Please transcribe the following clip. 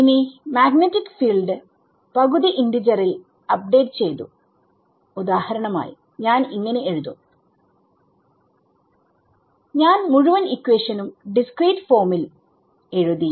ഇനി മാഗ്നെറ്റിക് ഫീൽഡ്പകുതി ഇന്റിജറിൽ അപ്ഡേറ്റ് ചെയ്തു ഉദാഹരണമായി ഞാൻ ഇങ്ങനെ എഴുതും ഞാൻ മുഴുവൻ ഇക്വേഷനും ഡിസ്ക്രീറ്റ് ഫോമിൽ എഴുതി